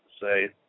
say